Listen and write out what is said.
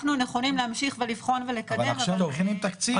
אנחנו נכונים להמשיך ולבחון ולקדם אבל --- אבל עכשיו מכינים תקציב.